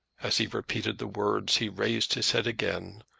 as he repeated the words he raised his head again,